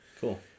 Cool